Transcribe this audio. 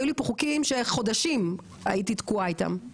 היו לי פה חוקים שחודשים הייתי תקועה איתם,